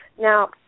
Now